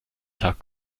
tag